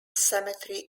cemetery